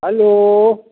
hello